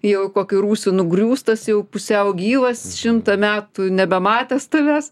jau į kokį rūsį nugriūstas jau pusiau gyvas šimtą metų nebematęs tavęs